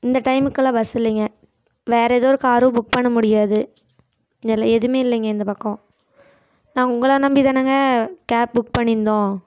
இந்த டைமுக்கெல்லாம் பஸ்ஸு இல்லைங்க வேற ஏதோ காரும் புக் பண்ண முடியாது இல்லைல்ல எதுவுமே இல்லைங்க இந்த பக்கம் நான் உங்களை நம்பி தானேங்க கேப் புக் பண்ணியிருந்தோம்